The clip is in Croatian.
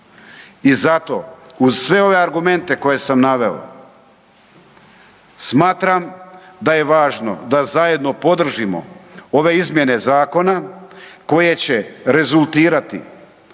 i zato uz sve ove argumente koje sam naveo, smatram da je važno da zajedno podržimo ove izmjene zakona koje će rezultirati